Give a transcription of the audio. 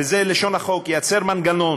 וזה לשון החוק, מנגנון